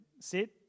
sit